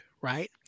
right